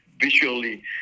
visually